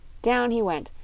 down he went,